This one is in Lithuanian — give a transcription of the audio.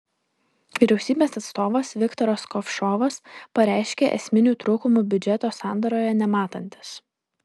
vyriausybės atstovas viktoras kovšovas pareiškė esminių trūkumų biudžeto sandaroje nematantis